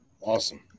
Awesome